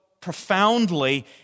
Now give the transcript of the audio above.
profoundly